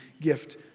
gift